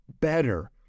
better